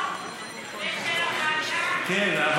כן,